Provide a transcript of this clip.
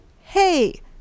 Hey